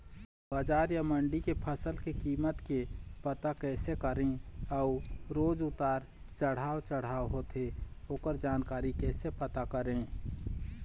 बजार या मंडी के फसल के कीमत के पता कैसे करें अऊ रोज उतर चढ़व चढ़व होथे ओकर जानकारी कैसे पता करें?